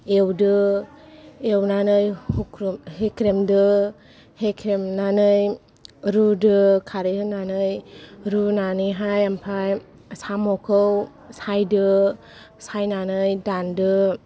एवदो एवनानै होख्रेमदो होख्रेमनानै रुदो खारै होनानै रुनानैहाय ओमफ्राय साम'खौ सायदो साम'खौ सायनानै दानदो